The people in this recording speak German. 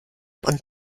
und